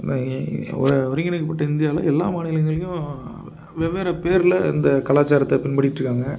ஒரு ஒருங்கிணைகப்பட்ட இந்தியாவில எல்லா மாநிலங்கள்லேயும் வெவ்வேறு பேர்ல இந்த கலாச்சாரத்தை பின்பற்றிட்டிருக்காங்க